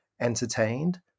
entertained